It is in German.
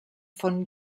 von